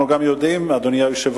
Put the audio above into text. אנחנו גם יודעים, אדוני היושב-ראש,